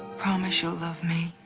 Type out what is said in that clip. promise you'll love me.